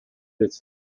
its